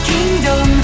Kingdom